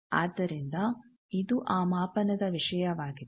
ಆದ್ದರಿಂದ ಇದು ಆ ಮಾಪನದ ವಿಷಯವಾಗಿದೆ